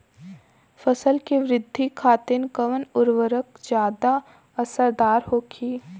फसल के वृद्धि खातिन कवन उर्वरक ज्यादा असरदार होखि?